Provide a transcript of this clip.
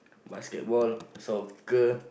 basketball soccer